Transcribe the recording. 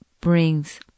brings